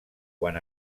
quan